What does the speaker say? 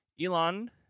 Elon